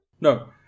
No